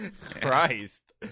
Christ